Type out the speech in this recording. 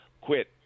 Quit